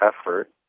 effort